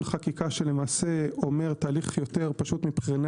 חקיקה שלמעשה אומר תהליך יותר פשוט מבחינה